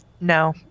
No